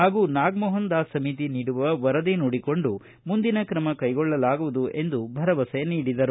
ಹಾಗೂ ನಾಗಮೋಪನ್ ದಾಸ್ ಸಮಿತಿ ನೀಡುವ ವರದಿ ನೋಡಿಕೊಂಡು ಮುಂದಿನ ಕ್ರಮ ಕೈಗೊಳ್ಳಲಾಗುವುದು ಎಂದು ಭರವಸೆ ನೀಡಿದರು